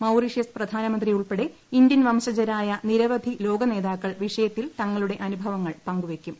Mauritius പ്രധാനമന്ത്രിയുൾപ്പെടെ Indian വംശജരായ നിരവധി ലോക നേതാക്കൾ വിഷയത്തിൽ തങ്ങളുടെ അനുഭവങ്ങൾ പങ്കുവയ്ക്കും